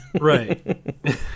right